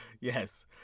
Yes